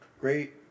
Great